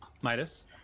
Midas